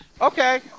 Okay